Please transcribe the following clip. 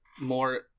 more